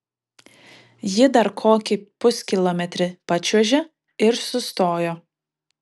ji dar kokį puskilometrį pačiuožė ir sustojo